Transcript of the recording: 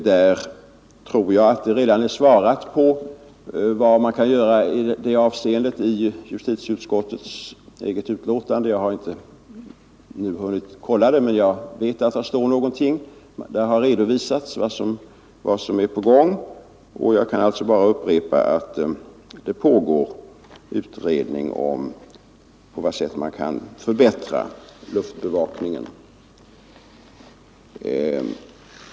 Jag tror att det redan har givits besked om vad man kan göra i det avseendet i justitieutskottets eget betänkande; jag har inte nu hunnit kontrollera det, men jag vet att där har redovisats vad som är på gång. Jag kan alltså bara upprepa att det pågår utredning om på vad sätt man kan förbättra luftbevakningen.